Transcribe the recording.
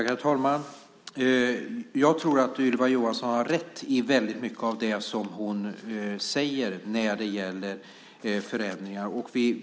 Herr talman! Jag tror att Ylva Johansson har rätt i väldigt mycket i det som hon säger när det gäller förändringar.